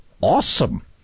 awesome